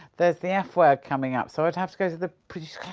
there's the f word coming up! so i'd have to go to the producer,